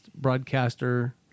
broadcaster